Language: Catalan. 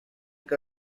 què